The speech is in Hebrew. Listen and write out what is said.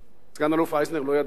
סא"ל אייזנר לא ידע להתאפק.